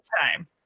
time